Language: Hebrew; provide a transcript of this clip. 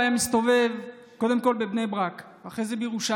הוא היה מסתובב קודם כול בבני ברק ואחרי זה בירושלים,